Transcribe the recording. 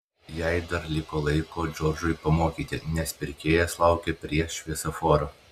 jai dar liko laiko džordžui pamokyti nes pirkėjas laukė prie šviesoforo